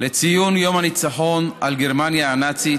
לציון יום הניצחון על גרמניה הנאצית